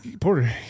Porter